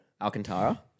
Alcantara